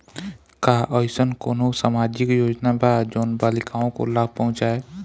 का अइसन कोनो सामाजिक योजना बा जोन बालिकाओं को लाभ पहुँचाए?